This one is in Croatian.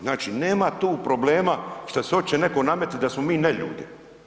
Znači nema tu problema šta se hoće neko nametnut da smo mi neljudi.